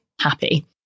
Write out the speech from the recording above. happy